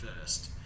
first